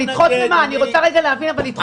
אני רוצה להבין, למה לדחות?